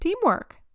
teamwork